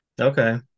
Okay